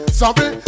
sorry